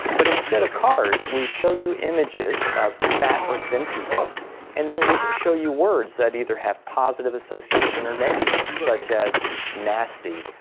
but instead of cards we show you images of fat or thin people and then we show you words that either have positive association or negatives, such as nasty,